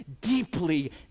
deeply